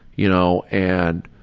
you know, and